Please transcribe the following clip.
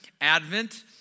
Advent